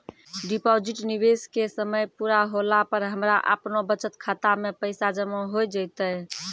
Deposit निवेश के समय पूरा होला पर हमरा आपनौ बचत खाता मे पैसा जमा होय जैतै?